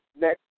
next